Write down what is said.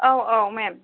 औ औ मेम